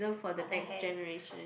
what the heck